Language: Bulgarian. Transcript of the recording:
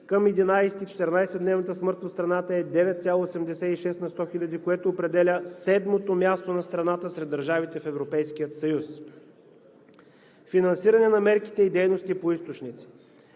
четиринадесетдневната смъртност в страната е 9,86 на сто хиляди, което определя седмото място на страната сред държавите в Европейския съюз. Финансиране на мерките и дейностите по източници.